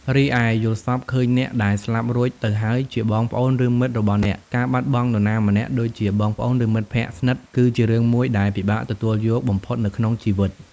រីឯយល់សប្តិឃើញអ្នកដែលស្លាប់រួចទៅហើយជា បងប្អូន ឬមិត្តរបស់អ្នក ការបាត់បង់នរណាម្នាក់ ដូចជាបងប្អូន ឬ មិត្តភក្ដិស្និទ្ធ គឺជារឿងមួយ ដែលពិបាកទទួលយកបំផុត នៅក្នុងជីវិត ។